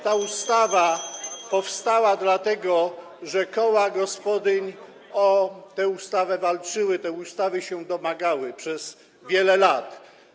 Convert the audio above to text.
Ta ustawa [[Gwar na sali, dzwonek]] powstała dlatego, że koła gospodyń o tę ustawę walczyły, tej ustawy się domagały przez wiele lat.